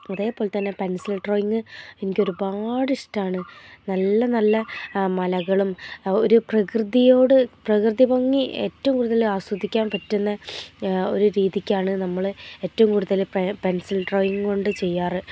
അതേപോലെ തന്നെ pencil drawing എനിക്കൊരുപാട് ഇഷ്ടമാണ് നല്ല നല്ല മലകളും ഒരു പ്രകൃതിയോട് പ്രകൃതി ഭംഗി ഏറ്റവും കൂടുതൽ ആസ്വദിക്കാൻ പറ്റുന്ന ഒരു രീതിക്കാണ് നമ്മൾ ഏറ്റവും കൂടുതൽ പെൻസിൽ ഡ്രോയിങ് കൊണ്ട് ചെയ്യാറ്